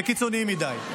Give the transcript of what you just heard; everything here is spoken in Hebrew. זה קיצוני מדי.